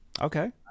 Okay